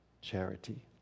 charity